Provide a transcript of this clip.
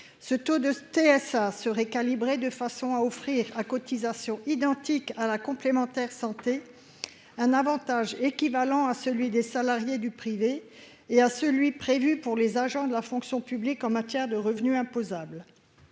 ce taux de TSA serait calibré de façon à offrir à cotisation identique à la complémentaire santé un Avantage équivalent à celui des salariés du privé, il y a celui prévu pour les agents de la fonction publique en matière de revenu imposable,